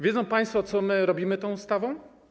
Wiedzą państwo, co my robimy tą ustawą?